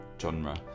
genre